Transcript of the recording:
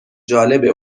جالبه